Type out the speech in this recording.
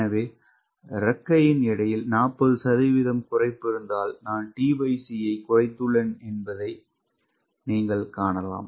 எனவே இறக்கையின் எடையில் 40 சதவிகிதம் குறைப்பு இருந்தால் நான் tc குறைத்துள்ளேன் என்பதை நீங்கள் காணலாம்